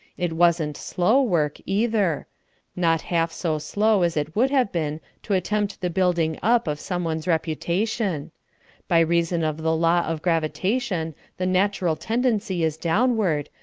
it wasn't slow work either not half so slow as it would have been to attempt the building up of someone's reputation by reason of the law of gravitation the natural tendency is downward,